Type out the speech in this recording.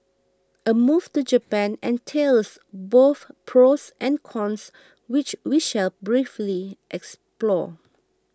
a move to Japan entails both pros and cons which we shall briefly explore